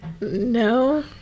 no